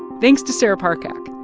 thanks to sarah parcak.